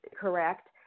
correct